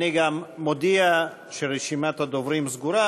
אני גם מודיע שרשימת הדוברים סגורה.